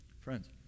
Friends